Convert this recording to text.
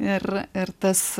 ir ir tas